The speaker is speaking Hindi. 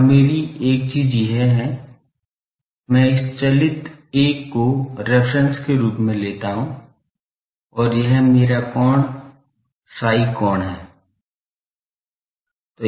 और मेरी चीज़ यह है मैं इस चलित 1 को रेफेरेंस के रूप लेता हूँ और यह कोण मेरा साई psi कोण है